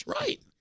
Right